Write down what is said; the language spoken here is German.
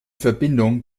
verbindung